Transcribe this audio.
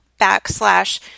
backslash